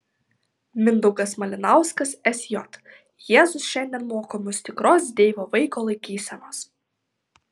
mindaugas malinauskas sj jėzus šiandien moko mus tikros deivo vaiko laikysenos